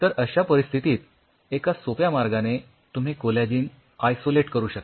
तर अश्या परिस्थितीत एका सोप्या मार्गाने तुम्ही कोलॅजिन आयसोलेट करू शकता